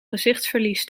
gezichtsverlies